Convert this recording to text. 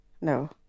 no